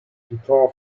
guitar